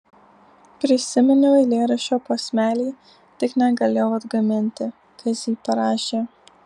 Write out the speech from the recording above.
prisiminiau eilėraščio posmelį tik negalėjau atgaminti kas jį parašė